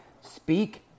speak